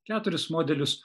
keturis modelius